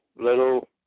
little